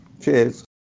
Cheers